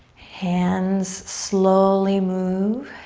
hands slowly move.